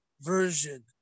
version